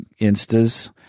Instas